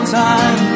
time